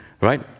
right